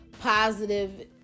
Positive